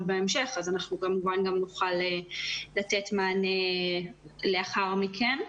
בהמשך אז אנחנו כמובן נוכל לתת מענה לאחר הישיבה.